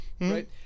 right